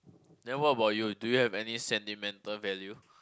then what about you do you have any sentimental value